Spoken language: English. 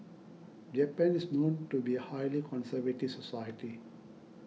japan is known to be a highly conservative society